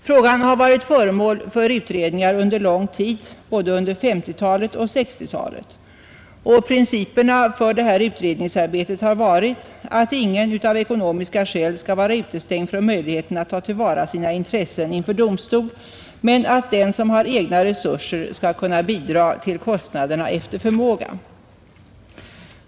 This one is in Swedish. Frågan har varit föremål för utredningar under lång tid, både under 1950-talet och 1960-talet. Principerna för detta utredningsarbete har varit att ingen av ekonomiska skäl skall vara utestängd från möjligheten att ta till vara sina intressen inför domstol, men att den som har egna resurser skall kunna bidra till kostnaderna efter förmåga.